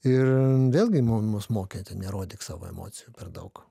ir vėlgi mus mokė nerodyk savo emocijų per daug